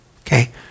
Okay